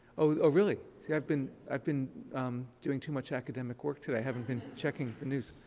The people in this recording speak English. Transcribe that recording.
oh, really? see, i've been i've been doing too much academic work today. i haven't been checking the news.